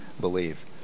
believe